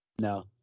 No